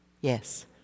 Yes